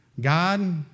God